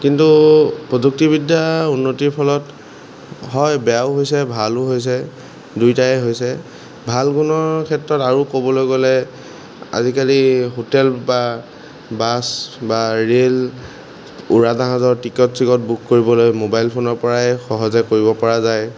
কিন্তু প্ৰযুক্তিবিদ্যাৰ উন্নতি ফলত হয় বেয়াও হৈছে ভালো হৈছে দুইটাই হৈছে ভাল গুণৰ ক্ষেত্ৰত আৰু ক'বলৈ গ'লে আজিকালি হোটেল বা বাছ বা ৰেল উৰাজাহাজৰ টিকট চিকট বুক কৰিবলৈ মোবাইল ফোনৰপৰাই সহজে কৰিব পৰা যায়